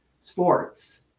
sports